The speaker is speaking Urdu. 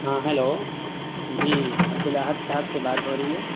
ہاں ہیلو جی عبد الاحد صاحب سے بات ہو رہی ہے